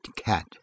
Cat